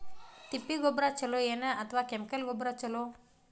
ತಿಪ್ಪಿ ಗೊಬ್ಬರ ಛಲೋ ಏನ್ ಅಥವಾ ಕೆಮಿಕಲ್ ಗೊಬ್ಬರ ಛಲೋ?